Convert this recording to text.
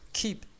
keep